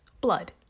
blood